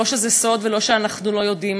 לא שזה סוד ולא שאנחנו לא יודעים,